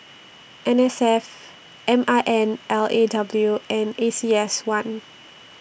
N S F M I N L A W and A C S one